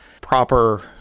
proper